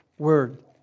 word